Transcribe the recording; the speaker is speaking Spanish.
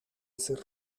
ser